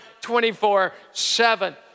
24-7